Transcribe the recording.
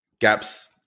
gaps